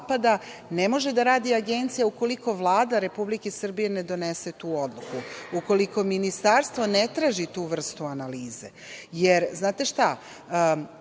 ne može da radi Agencija ukoliko Vlada Republike Srbije ne donese tu odluku. Ukoliko Ministarstvo ne traži tu vrstu analize,